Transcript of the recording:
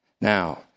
Now